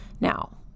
Now